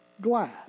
glad